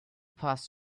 passed